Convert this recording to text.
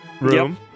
room